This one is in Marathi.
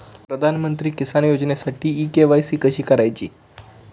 प्रधानमंत्री किसान योजनेसाठी इ के.वाय.सी कशी करायची?